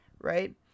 right